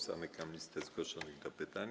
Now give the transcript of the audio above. Zamykam listę zgłoszonych do pytań.